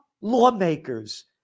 lawmakers